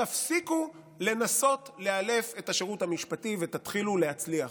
תפסיקו לנסות לאלף את השירות המשפטי ותתחילו להצליח.